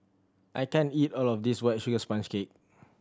I can't eat all of this White Sugar Sponge Cake